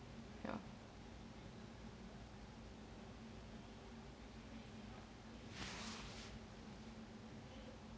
ya